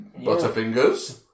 Butterfingers